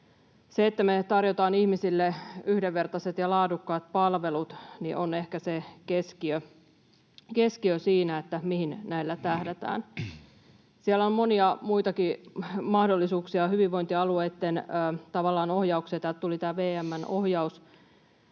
Se, että me tarjotaan ihmisille yhdenvertaiset ja laadukkaat palvelut, on ehkä se keskiö siinä, mihin näillä tähdätään. Siellä on monia muitakin mahdollisuuksia hyvinvointialueitten ohjaukseen. Täältä tuli tämä VM:n ohjaus,